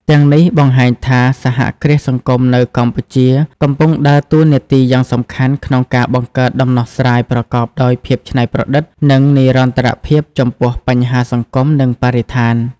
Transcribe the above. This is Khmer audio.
ទាំងនេះបង្ហាញថា សហគ្រាសសង្គមនៅកម្ពុជាកំពុងដើរតួនាទីយ៉ាងសំខាន់ក្នុងការបង្កើតដំណោះស្រាយប្រកបដោយភាពច្នៃប្រឌិត និងនិរន្តរភាពចំពោះបញ្ហាសង្គម និងបរិស្ថាន ។